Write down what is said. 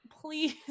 please